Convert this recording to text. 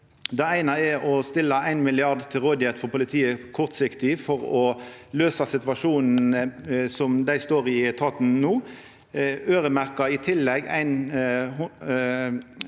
Det eine er å stilla 1 mrd. kr til rådigheit for politiet kortsiktig for å løysa situasjonen dei står i i etaten no,